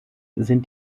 sind